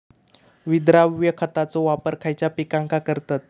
विद्राव्य खताचो वापर खयच्या पिकांका करतत?